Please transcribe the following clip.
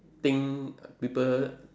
think people